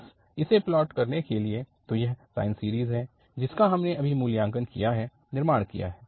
बस इसे प्लॉट करने के लिए तो यह साइन सीरीज़ है जिसका हमने अभी मूल्यांकन किया है निर्माण किया है